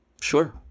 sure